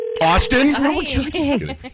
Austin